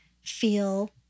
feel